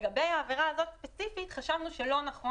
לגבי העבירה הזאת ספציפית חשבנו שלא נכון